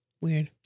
Weird